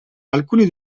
alcuni